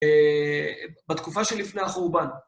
אהה בתקופה שלפני החורבן.